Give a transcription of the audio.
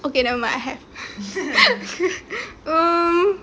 okay never mind I have um